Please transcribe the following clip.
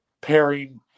pairing